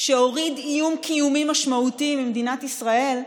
שהוריד איום קיומי משמעותי ממדינת ישראל,